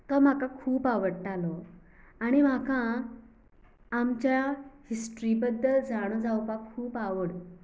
तो म्हाका खूब आवडटालो आनी म्हाका आमच्या हिस्ट्री बद्दल जाणून जाणा जावपाक खूब आवड